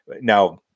now